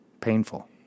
Painful